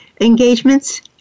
engagements